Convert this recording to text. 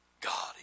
God